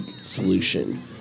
solution